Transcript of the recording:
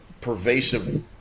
pervasive